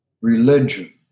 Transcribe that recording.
religion